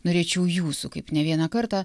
norėčiau jūsų kaip ne vieną kartą